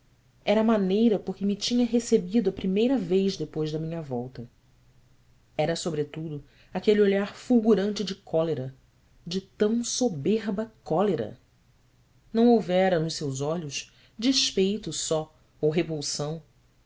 era a maneira por que me tinha recebido a primeira vez depois da minha volta era sobretudo aquele olhar fulgurante de cólera de tão soberba cólera não houvera nos seus olhos despeito só ou